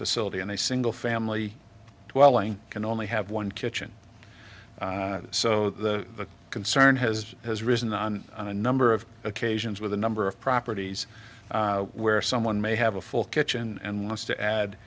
facility and a single family dwelling can only have one kitchen so the concern has has risen on a number of occasions with a number of properties where someone may have a full kitchen and wants to add